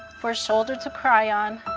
for a shoulder to cry on,